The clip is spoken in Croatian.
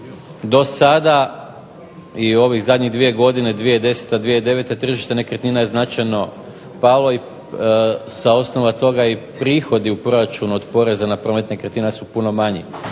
dosada i u ovih zadnjih 2 godine, 2010. i 2009., tržište nekretnina je značajno palo sa osnova toga i prihodi u proračunu od poreza na promet nekretnina su puno manji.